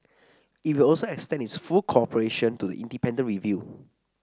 it will also extend its full cooperation to the independent review